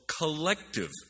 collective